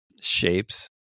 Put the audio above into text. shapes